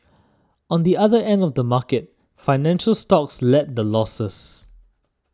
on the other end of the market financial stocks led the losses